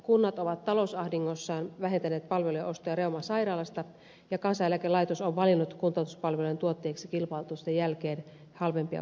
kunnat ovat talousahdingossaan vähentäneet palvelujen ostoja reuman sairaalasta ja kansaneläkelaitos on valinnut kuntoutuspalvelujen tuotteiksi kilpailutusten jälkeen halvempia vaihtoehtoja